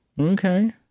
Okay